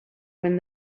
when